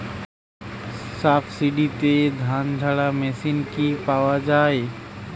সাবসিডিতে ধানঝাড়া মেশিন কি পাওয়া য়ায়?